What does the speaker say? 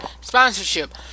sponsorship